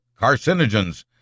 carcinogens